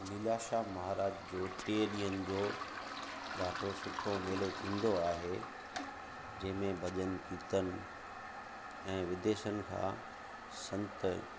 लीलाशाह महराज जो टे ॾींहनि जो ॾाढो सुठो मेलो थींदो आहे जंहिंमें भॼन कीर्तन ऐं विदेशनि खां संत